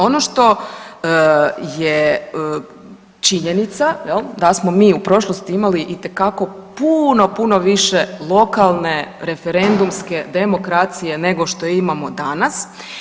Ono što je činjenica jel, da smo mi u prošlosti imali itekako puno, puno više lokalne referendumske demokracije nego što je imamo danas.